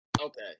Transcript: Okay